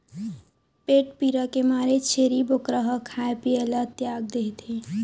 पेट पीरा के मारे छेरी बोकरा ह खाए पिए ल तियाग देथे